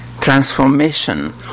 transformation